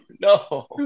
No